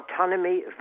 autonomy